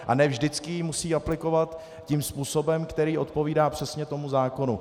A ne vždycky ji musí aplikovat tím způsobem, který odpovídá přesně tomu zákonu.